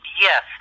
yes